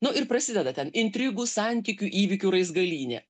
nu ir prasideda ten intrigų santykių įvykių raizgalynė